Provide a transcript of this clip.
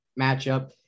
matchup